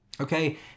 Okay